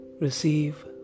Receive